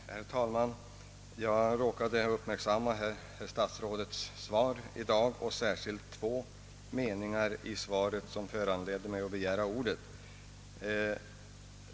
Herr talman! Jag råkade uppmärksamma herr statsrådets svar i dag, och det är särskilt två meningar i svaret som har föranlett mig att begära ordet.